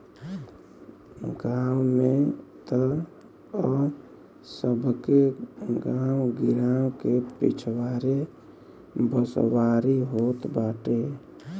गांव में तअ सबके गांव गिरांव के पिछवारे बसवारी होत बाटे